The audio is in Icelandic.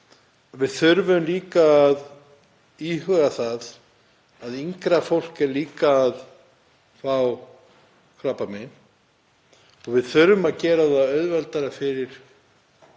Við þurfum að íhuga að yngra fólk er líka að fá krabbamein og við þurfum að gera það auðveldara fyrir